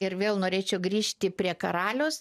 ir vėl norėčiau grįžti prie karaliaus